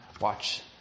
watch